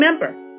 remember